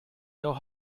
your